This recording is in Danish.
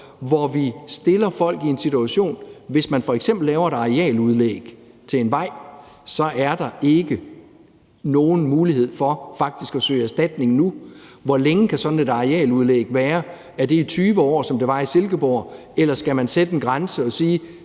hvor vi stiller folk i en vanskelig situation, hvis man f.eks. laver et arealudlæg til en vej, for så er der faktisk ikke nogen mulighed for at søge erstatning nu. Hvor længe kan sådan et arealudlæg bestå? Er det i 20 år, som det var i Silkeborg, eller skal man sætte en grænse og sige,